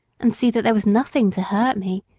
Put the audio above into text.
and see that there was nothing to hurt me,